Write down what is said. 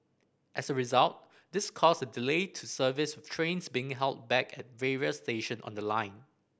as a result this caused a delay to service with trains being held back at various station on the line